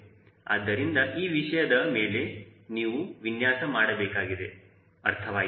ಆದ್ದರಿಂದ ಈ ವಿಷಯದ ಮೇಲೆ ನೀವು ವಿನ್ಯಾಸ ಮಾಡಬೇಕಾಗಿದೆ ಅರ್ಥವಾಯಿತಾ